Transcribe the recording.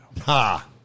Ha